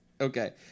Okay